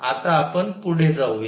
आता आपण पुढे जाऊया